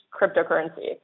cryptocurrency